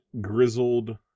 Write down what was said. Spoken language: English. grizzled